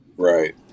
Right